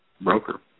broker